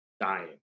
dying